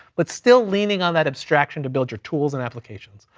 but still leaning on that abstraction to build your tools, and applications.